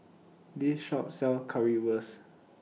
This Shop sells Currywurst